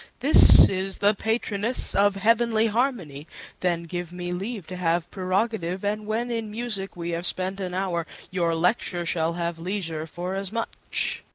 this is the patroness of heavenly harmony then give me leave to have prerogative and when in music we have spent an hour, your lecture shall have leisure for as much.